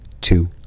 two